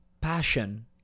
passion